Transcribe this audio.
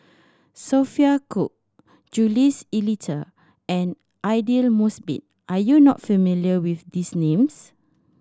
Sophia Cooke Jules Itier and Aidli Mosbit are you not familiar with these names